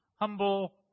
humble